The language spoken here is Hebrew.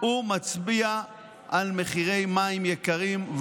מצביע על מחירי מים יקרים,